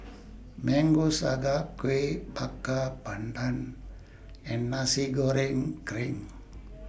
Mango Sago Kueh Bakar Pandan and Nasi Goreng Kerang